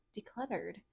decluttered